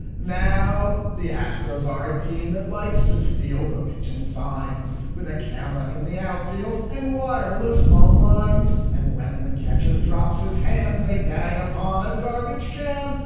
now, the astros are a team that likes to steal the pitching signs with a camera in the outfield and wireless phone lines. and when the catcher drops his hand, they bang upon a garbage can.